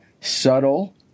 subtle